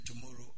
tomorrow